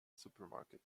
supermarket